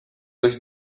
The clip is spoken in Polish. dość